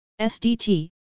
SDT